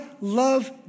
love